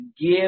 give